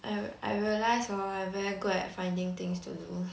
I I realise hor I very good at finding things to do